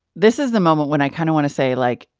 this is the moment when i kind of want to say, like,